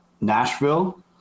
Nashville